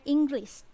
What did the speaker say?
English